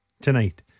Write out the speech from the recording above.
Tonight